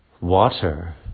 water